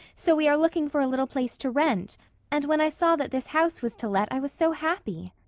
so we are looking for a little place to rent and when i saw that this house was to let i was so happy.